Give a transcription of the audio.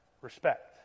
respect